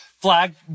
flag